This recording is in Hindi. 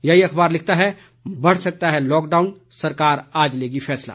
यही अखबार लिखता है बढ़ सकता है लॉकडाउन सरकार आज लेगी फैसला